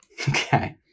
Okay